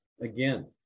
again